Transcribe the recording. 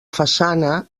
façana